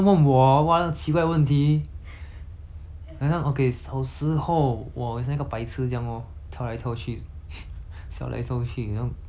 好像 okay 小时候我很像一个白痴这样 lor 跳来跳去 笑来笑去很像肥肥胖胖的 and then 过后